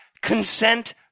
consent